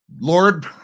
Lord